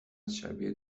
شبیه